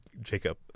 Jacob